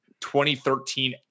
2013